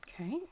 Okay